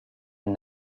and